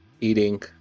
Eating